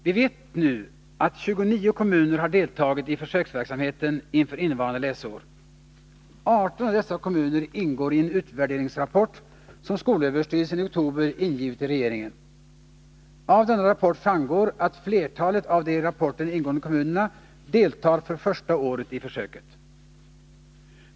Vi vet nu att 29 kommuner har deltagit i försöksverksamheten inför innevarande läsår. 18 av dessa kommuner ingår i en utvärderingsrapport som skolöverstyrelsen i oktober ingivit till regeringen. Av denna rapport framgår att flertalet av de i rapporten ingående kommunerna deltar för första året i försöket.